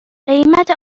قیمت